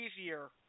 easier